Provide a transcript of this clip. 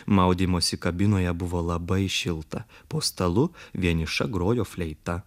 maudymosi kabinoje buvo labai šilta po stalu vieniša grojo fleita